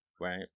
right